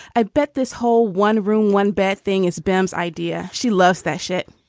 i bet this whole one room, one bed thing is ben's idea. she loves that shit.